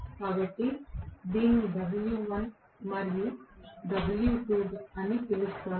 కాబట్టి దీనిని W1 మరియు W2 అని పిలుస్తాను